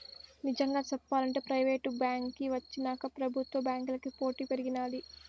నిజంగా సెప్పాలంటే ప్రైవేటు బాంకీ వచ్చినాక పెబుత్వ బాంకీలకి పోటీ పెరిగినాది